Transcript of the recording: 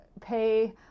pay